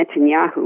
Netanyahu